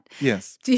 Yes